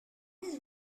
his